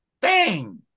bang